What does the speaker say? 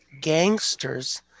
gangsters